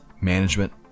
management